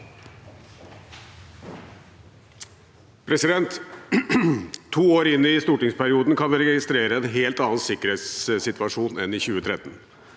To år inn i stor- tingsperioden kan vi registrere en helt annen sikkerhetssituasjon enn i 2013.